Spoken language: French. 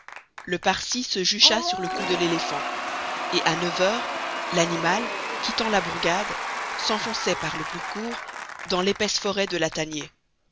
le parsi se jucha sur le cou de l'éléphant et à neuf heures l'animal quittant la bourgade s'enfonçait par le plus court dans l'épaisse forêt de lataniers